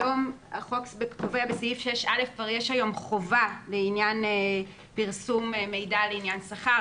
היום החוק קובע בסעיף 6א חובה לעניין פרסום מידע לעניין שכר.